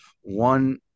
one